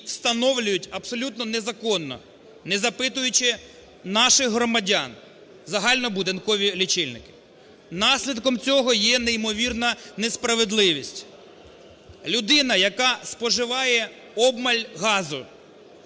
встановлюють абсолютно незаконно, не запитуючи наших громадян, загальнобудинкові лічильники. Наслідком цього є неймовірна несправедливість: людина, яка споживає обмаль газу